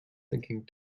thinking